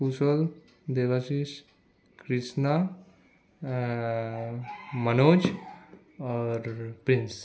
কুশল দেবাশীষ কৃষ্ণা মনোজ আর প্রিন্স